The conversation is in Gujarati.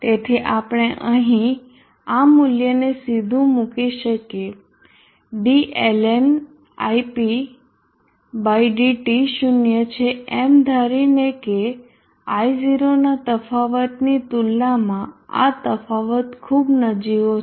તેથી આપણે અહીં આ મૂલ્યને સીધું મૂકી શકીએ ddT 0 છે એમ ધારીને કે I0 ના તફાવતની તુલનામાં આ તફાવત ખૂબ નજીવો છે